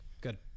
Good